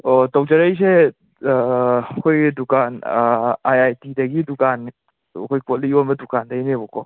ꯑꯣ ꯇꯧꯖꯔꯛꯏꯁꯦ ꯑꯩꯈꯣꯏꯒꯤ ꯗꯨꯀꯥꯟ ꯑꯥꯏ ꯑꯥꯏ ꯇꯤꯗꯒꯤ ꯗꯨꯀꯥꯟ ꯑꯩꯈꯣꯏ ꯀꯣꯜꯂꯤꯛ ꯌꯣꯟꯕ ꯗꯨꯀꯥꯟꯗꯩꯅꯦꯕꯀꯣ